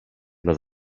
dla